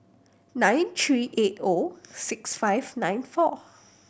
nine three eight O six five nine four